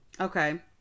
Okay